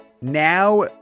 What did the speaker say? Now